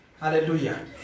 hallelujah